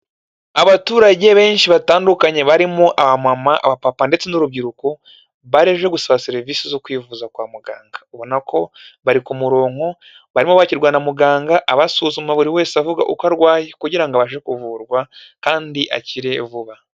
Abaturage benshi batandukanye barimo: abamama, abapapa, ndetse n'urubyiruko, baje gusaba serivisi zo kwivuza kwa muganga, ubona ko bari ku murongo barimo bakirwa na muganga, abasuzuma buri wese avuga uko arwaye, kugira ngo abashe kuvurwa kandi akire vuba.